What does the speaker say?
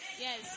Yes